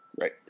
Right